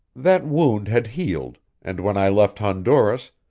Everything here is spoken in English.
that wound had healed, and when i left honduras,